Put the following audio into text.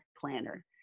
planner